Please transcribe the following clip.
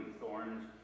thorns